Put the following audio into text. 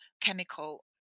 chemical